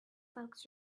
folks